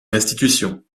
restitution